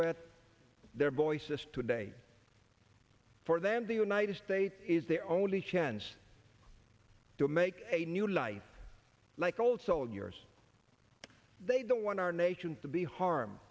with their voices today for them the united states is their own a chance to make a new life like old soldiers they don't want our nation to be harm